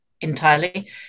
entirely